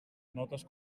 notes